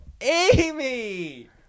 Amy